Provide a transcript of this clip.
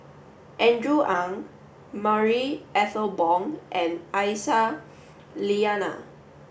Andrew Ang Marie Ethel Bong and Aisyah Lyana